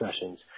sessions